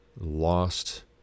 lost